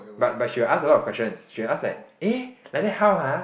but but she will ask a lot of questions she will ask like eh like that how !huh!